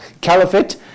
Caliphate